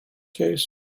case